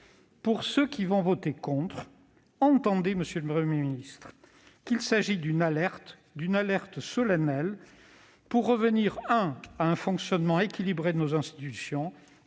Pour ceux qui vont voter contre, entendez, monsieur le Premier ministre, qu'il s'agit d'une alerte solennelle pour revenir à un fonctionnement équilibré de nos institutions